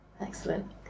Excellent